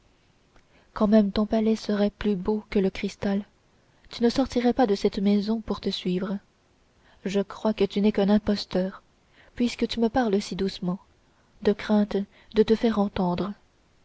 quand même ton palais serait plus beau que le cristal je ne sortirais pas de cette maison pour te suivre je crois que tu n'es qu'un imposteur puisque tu me parles si doucement de crainte de te faire entendre